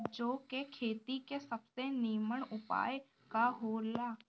जौ के खेती के सबसे नीमन उपाय का हो ला?